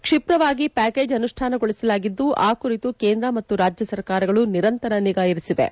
ಕ್ಷಿಪ್ರವಾಗಿ package ಅನುಷ್ಣಾನಗೊಳಿಸಲಾಗಿದ್ದು ಆ ಕುರಿತು ಕೇಂದ್ರ ಮತ್ತು ರಾಜ್ಯ ಸರ್ಕಾರಗಳು ನಿರಂತರ ನಿಗಾ ಇರಿಸಿವೆ